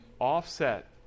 offset